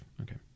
Okay